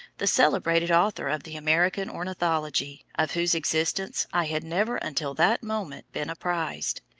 the celebrated author of the american ornithology, of whose existence i had never until that moment been apprised.